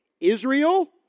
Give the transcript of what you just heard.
Israel